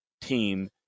team